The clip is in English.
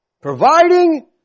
providing